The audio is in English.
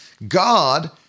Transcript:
God